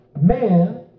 man